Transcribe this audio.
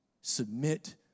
Submit